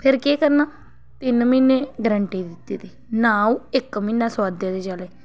फेर केह् करना तिन्न म्हीने गरंटी दित्ती दी नां ओह् इक म्हीना सोआदे दे चले